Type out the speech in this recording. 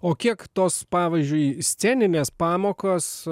o kiek tos pavyzdžiui sceninės pamokos